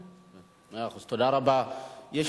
תודה רבה, אדוני.